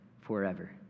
forever